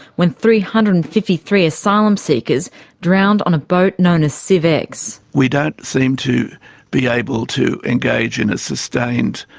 when three hundred and fifty three asylum seekers drowned on a boat known as siev x. we don't seem to be able to engage in a sustained,